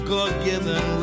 God-given